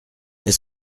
est